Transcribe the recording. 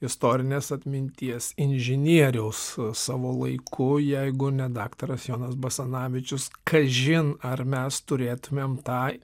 istorinės atminties inžinieriaus savo laiku jeigu ne daktaras jonas basanavičius kažin ar mes turėtumėm tą